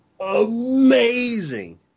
amazing